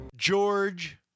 George